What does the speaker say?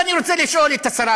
תרגם,